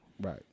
Right